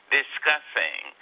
discussing